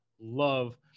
love